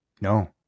No